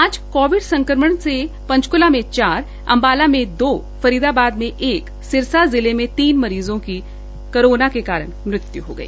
आज कोविड संक्रमण से पंचकूला में चार अम्बाला में दो फरीदाबाद मे एक सिरसा जिले मे तीन मरीज़ो की मृत्यू हो गई